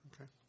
Okay